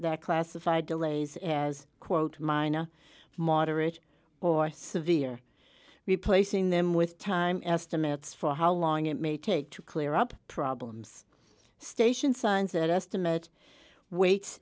that classified delays as quote mine a moderate or severe replacing them with time estimates for how long it may take to clear up problems station signs that estimate w